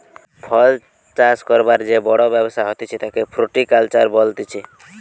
ফল চাষ করবার যে বড় ব্যবসা হতিছে তাকে ফ্রুটিকালচার বলতিছে